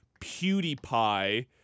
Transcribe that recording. PewDiePie